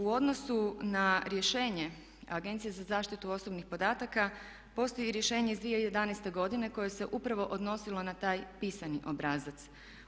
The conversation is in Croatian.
U odnosu na rješenje Agencije za zaštitu osobnih podataka, postoji rješenje iz 2011. koje se upravo odnosilo na taj pisani obrazac.